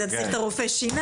אתה צריך את הרופא שיניים.